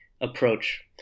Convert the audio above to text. approach